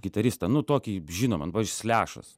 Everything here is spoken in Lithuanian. gitaristą nu tokį žinomą nu pavyzdžiui slešas